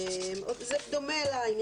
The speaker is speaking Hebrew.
מירב, אין